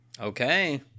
Okay